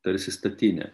tarsi statinė